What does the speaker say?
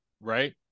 right